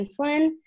insulin